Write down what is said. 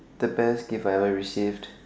the best gift I ever received